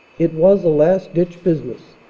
it was a last ditch business.